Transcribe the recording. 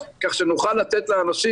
כך שנוכל לתת לאנשים,